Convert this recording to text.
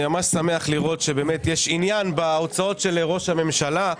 אני ממש שמח לראות שבאמת יש עניין בהוצאות של ראש הממשלה,